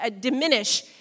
diminish